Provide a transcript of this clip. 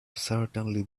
certainly